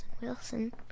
Wilson